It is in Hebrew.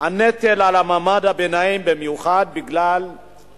שהנטל על מעמד הביניים במיוחד, הוא